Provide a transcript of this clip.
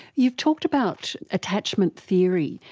you've talked about attachment theory.